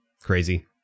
crazy